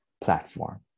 platform